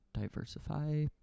diversify